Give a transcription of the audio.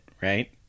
right